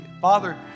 Father